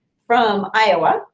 from iowa.